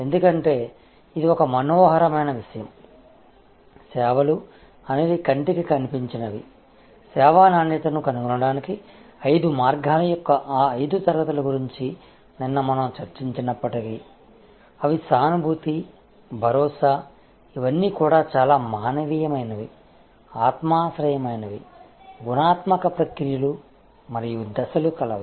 ఎందుకంటే ఇది ఒక మనోహరమైన విషయం సేవలు అనేవి కంటికి కనిపించినవి సేవా నాణ్యతను కనుగొనడానికి ఐదు మార్గాల యొక్క ఆ ఐదు తరగతుల గురించి నిన్న మనం చర్చించినప్పటికీ అవి సానుభూతి భరోసా ఇవన్నీ కూడా చాలా మానవీయమైనవి ఆత్మాశ్రయమైనవి గుణాత్మక ప్రక్రియలు మరియు దశలు గలవి